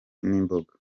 n’imboga